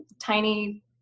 tiny